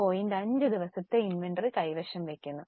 5 ദിവസത്തെ ഇൻവെന്ററി കൈവശം വയ്ക്കുന്നു